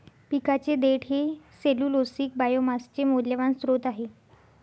पिकाचे देठ हे सेल्यूलोसिक बायोमासचे मौल्यवान स्त्रोत आहे